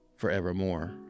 forevermore